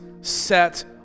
set